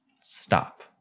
stop